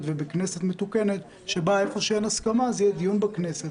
ובכנסת מתוקנת שבה במקום שאין הסכמה יהיה דיון בכנסת,